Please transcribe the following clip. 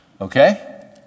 Okay